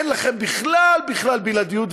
אין לכם בכלל בכלל בלעדיות,